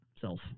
self